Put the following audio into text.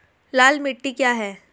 लाल मिट्टी क्या है?